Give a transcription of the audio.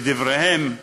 לדבריהם,